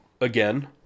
Again